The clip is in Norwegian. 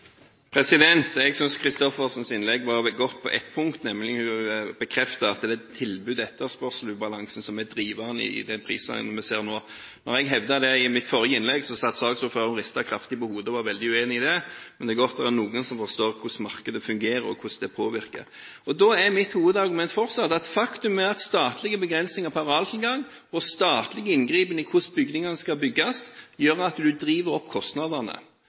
punkt, der hun bekreftet at det er ubalansen mellom tilbud og etterspørsel som er driveren i de prisene vi ser nå. Da jeg hevdet det i mitt forrige innlegg, satt saksordføreren og ristet kraftig på hodet og var veldig uenig i det, men det er godt det er noen som forstår hvordan markedet fungerer, og hvordan det påvirker. Mitt hovedargument er fortsatt at det er et faktum at statlige begrensninger på arealtilgang og statlig inngripen i hvordan bygningene skal bygges, gjør at kostnadene blir drevet opp.